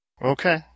Okay